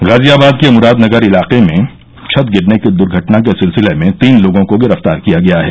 गाजियाबाद के मुरादनगर इलाके में छत गिरने की दुर्घटना के सिलसिले में तीन लोगों को गिरफ्तार किया गया है